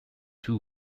two